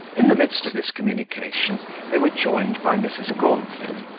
in the midst of this communication they were joined by mrs. gauntlet,